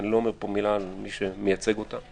ואני לא אומר פה מילה על מי שמייצג אותה.